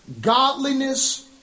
Godliness